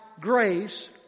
grace